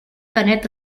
canet